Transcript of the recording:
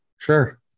Sure